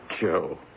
Joe